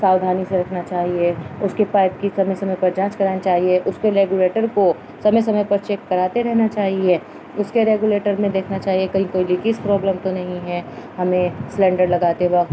ساوودانی سے رکھنا چاہیے اس کے پائپ کی سمے سمے پر جانچ کرا چاہیے اس کے ریگولیٹر کو سمے سمے پر چیک کراتے رہنا چاہیے اس کے ریگولیٹر میں دیکھنا چاہیے کہیں کوئی بھی کس پرابلم تو نہیں ہے ہمیں سلینڈر لگاتے وقت